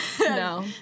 No